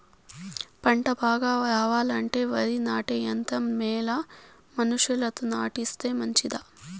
పంట బాగా రావాలంటే వరి నాటే యంత్రం మేలా మనుషులతో నాటిస్తే మంచిదా?